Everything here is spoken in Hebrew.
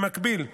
במקביל,